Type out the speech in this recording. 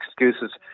excuses